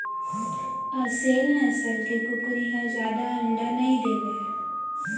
असेल नसल के कुकरी ह जादा अंडा नइ देवय